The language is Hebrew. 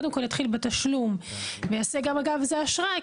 קודם כל יתחיל בתשלום ויעשה גם אגב זה אשראי,